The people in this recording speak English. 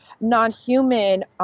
non-human